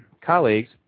colleagues